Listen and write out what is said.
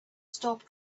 stop